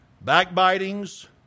backbitings